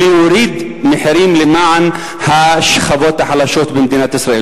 להוריד מחירים למען השכבות החלשות במדינת ישראל.